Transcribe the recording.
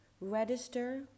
register